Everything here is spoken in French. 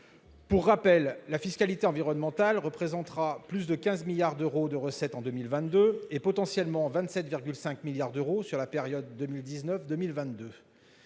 Pour rappel, la fiscalité environnementale représentera plus de 15 milliards d'euros de recettes en 2022, et potentiellement 27,5 milliards d'euros sur la période 2019-2022.